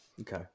Okay